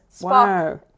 Wow